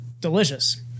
delicious